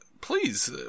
please